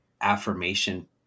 affirmation